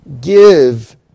Give